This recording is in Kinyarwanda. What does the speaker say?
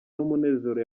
n’umunezero